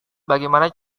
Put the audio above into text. bagaimana